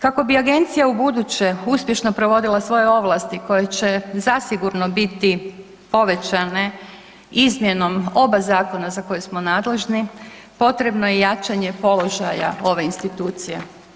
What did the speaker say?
Kako bi agencija ubuduće uspješno provodila svoje ovlasti koje će zasigurno biti povećane izmjenom oba zakona za koje smo nadležni, potrebno je jačanje položaja ove institucije.